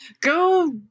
go